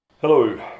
Hello